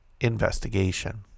investigation